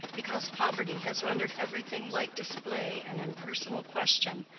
because poverty has rendered everything like display an impersonal question,